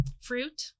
fruit